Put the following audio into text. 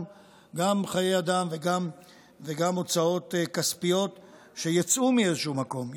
גם חיי אדם וגם הוצאות כספיות שיצאו מאיזשהו מקום.